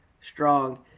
strong